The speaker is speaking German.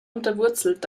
unterwurzelt